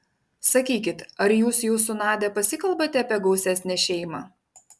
sakykit ar jūs jau su nadia pasikalbate apie gausesnę šeimą